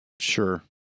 Sure